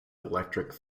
electric